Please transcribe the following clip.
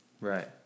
Right